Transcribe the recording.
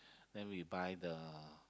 then we buy the